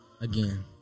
again